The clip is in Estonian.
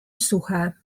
suhe